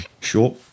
sure